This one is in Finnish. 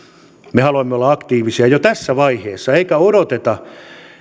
me haluamme olla aktiivisia jo tässä vaiheessa eikä odoteta